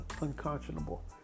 unconscionable